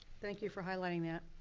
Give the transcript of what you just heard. thank you for highlighting that.